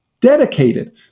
dedicated